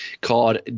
called